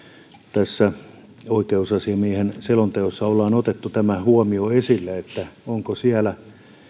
tässä oi keusasiamiehen selonteossa ollaan otettu tämä huomio esille että onko siellä